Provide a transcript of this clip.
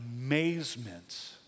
amazement